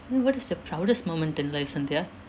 uh what is your proudest moment in life santhia